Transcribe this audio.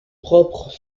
propre